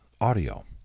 audio